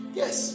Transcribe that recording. yes